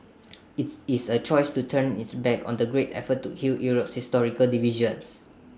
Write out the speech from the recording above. IT is A choice to turn its back on the great effort to heal Europe's historical divisions